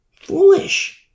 Foolish